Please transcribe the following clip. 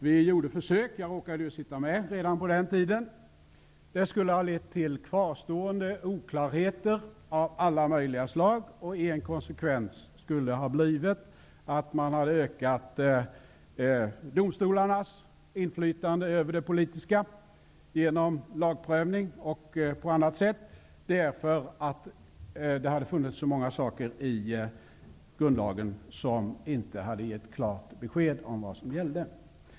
Vi gjorde försök. Jag råkade sitta med redan i författningsutredningen. Det skulle ha lett till kvarstående oklarheter av alla möjliga slag. En konsekvens skulle ha blivit att man hade ökat domstolarnas inflytande över det politiska agerandet genom lagprövning och på annat sätt. För det skulle ha funnits så mycket i grundlagen som inte hade gett klart besked om vad som gällde.